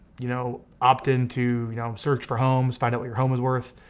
you know, opt into you know search for home, find out what your home is worth,